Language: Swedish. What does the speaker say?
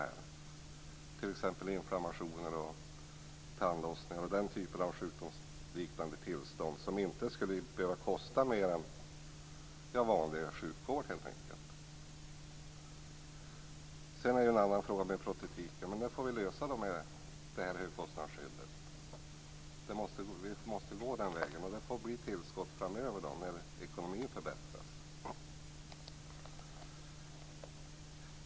Behandling av t.ex. inflammationer, tandlossning och den typen av sjukdomsliknande tillstånd skulle inte behöva kosta mer än vanlig sjukvård. Sedan är det en annan sak med protetiken, men den får vi lösa med högkostnadsskyddet. Vi måste gå den vägen. Det får bli tillskott framöver, när ekonomin förbättras.